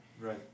Right